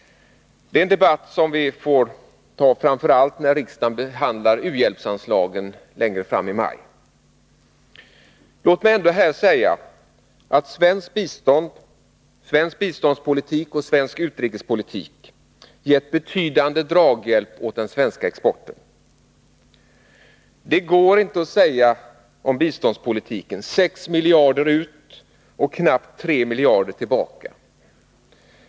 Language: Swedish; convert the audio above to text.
Det är en debatt som vi får ta framför allt när riksdagen behandlar uhjälpsanslagen längre fram i maj. Låt mig ändå här säga att svenskt bistånd, svensk biståndspolitik och svensk utrikespolitik gett betydande draghjälp åt den svenska exporten. Det går inte att säga om biståndspolitiken: 6 miljarder ut och knappt 3 miljarder tillbaka.